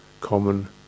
common